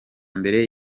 mbere